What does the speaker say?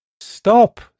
Stop